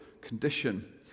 condition